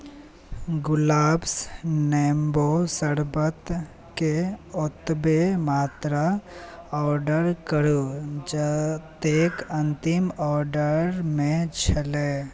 गुलाब्स नेबो शरबतकेँ ओतबे मात्रा ऑर्डर करू जतेक अन्तिम ऑर्डरमे छलै